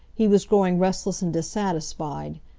he was growing restless and dissatisfied.